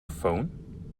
phone